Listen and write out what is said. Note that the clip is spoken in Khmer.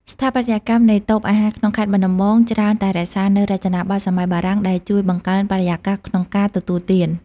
ស្ថាបត្យកម្មនៃតូបអាហារក្នុងខេត្តបាត់ដំបង ច្រើនតែរក្សានូវរចនាប័ទ្មសម័យបារាំង ដែលជួយបង្កើនបរិយាកាសក្នុងការទទួលទាន។